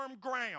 ground